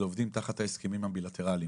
זה עובדים תחת ההסכמים הבילטרליים.